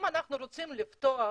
אם אנחנו רוצים לפתוח,